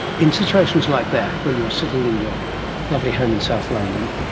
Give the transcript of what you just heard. in situations like that when you're sitting in your lovely home in south london,